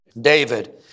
David